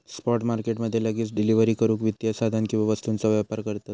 spot market मध्ये लगेच delivery करूक वित्तीय साधन किंवा वस्तूंचा व्यापार करतत